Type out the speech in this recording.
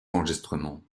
enregistrements